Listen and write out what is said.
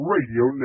Radio